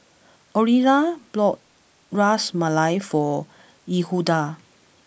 Orilla bought Ras Malai for Yehuda